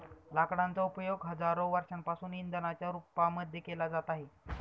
लाकडांचा उपयोग हजारो वर्षांपासून इंधनाच्या रूपामध्ये केला जात आहे